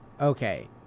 okay